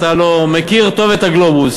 אתה הלוא מכיר טוב את הגלובוס,